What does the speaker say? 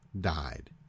died